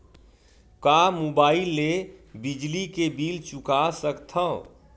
का मुबाइल ले बिजली के बिल चुका सकथव?